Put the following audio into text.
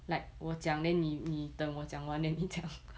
like 我讲 then 你你等我讲完 then 你讲